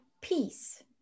peace